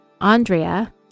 andrea